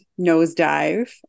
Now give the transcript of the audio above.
nosedive